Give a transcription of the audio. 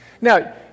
Now